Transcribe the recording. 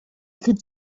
could